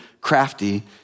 crafty